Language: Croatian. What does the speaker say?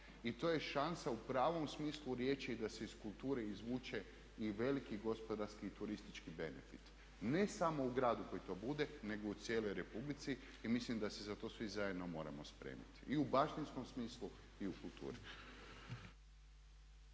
I to je šansa u pravom smislu riječi da se iz kulture izvuče i veliki gospodarski i turistički benefit ne samo u gradu koji to bude, nego u cijeloj Republici. I mislim da se za to svi zajedno moramo spremiti i u baštinskom smislu i u kulturi.